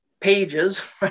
pages